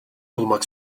bulmak